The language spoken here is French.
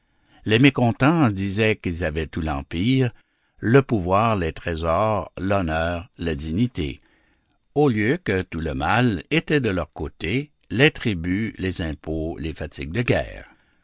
les mécontents disaient qu'ils avaient tout l'empire le pouvoir les trésors l'honneur la dignité au lieu que tout le mal était de leur côté les tributs les impôts les fatigues de guerre